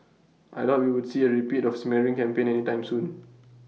I doubt we would see A repeat of A smearing campaign any time soon